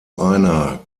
einer